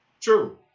True